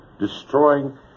destroying